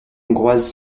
hongroises